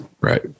right